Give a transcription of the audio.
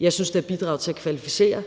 Jeg synes, det har bidraget til at kvalificere